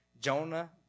Jonah